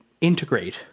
integrate